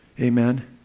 Amen